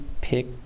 pick